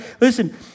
Listen